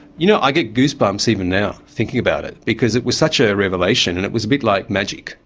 you know, i get goose bumps even now, thinking about it, because it was such a revelation and it was a bit like magic,